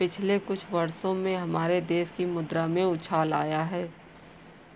पिछले कुछ वर्षों में हमारे देश की मुद्रा में उछाल आया है